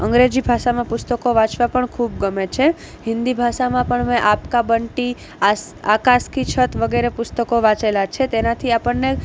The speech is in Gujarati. અંગ્રેજી ભાષામાં પુસ્તકો વાંચવા પણ ખૂબ ગમે છે હિન્દી ભાષામાં પણ મેં આપકા બંટી આસ આકાશ કી છત વગેરે પુસ્તકો વાંચેલા છે તેનાથી આપણને